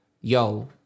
Yo